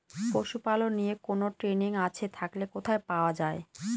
পশুপালন নিয়ে কোন ট্রেনিং আছে থাকলে কোথায় পাওয়া য়ায়?